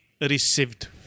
Received